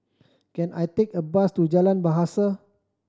can I take a bus to Jalan Bahasa